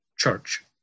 Church